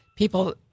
People